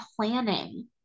planning